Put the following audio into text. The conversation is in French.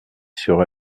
sur